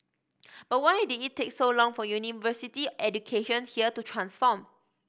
but why did it take so long for university education here to transform